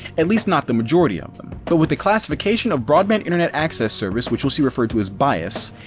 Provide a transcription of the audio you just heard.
at least not the majority of them, but with the classification of broadband internet access service, which you'll see referenced as bias,